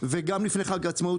וגם לפני חג העצמאות,